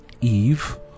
Eve